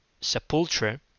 sepulchre